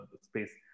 space